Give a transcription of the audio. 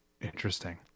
Interesting